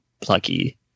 plucky